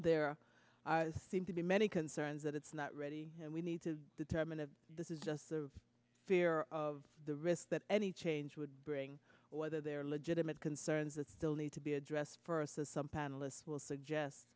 there seem to be many concerns that it's not ready and we need to determine if this is just the fear of the risk that any change would bring whether there are legitimate concerns that still need to be addressed some panelists will suggest